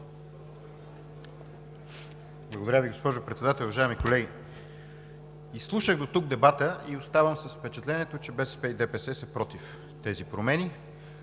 Благодаря Ви, госпожо Председател. Уважаеми колеги, изслушах дотук дебата и оставам с впечатлението, че БСП и ДПС са против тези промени.